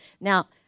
Now